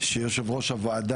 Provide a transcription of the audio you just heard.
שיושב-ראש הוועדה,